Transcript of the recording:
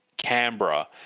Canberra